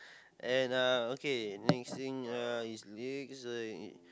and uh okay next thing uh is legs uh